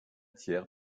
tiers